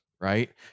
right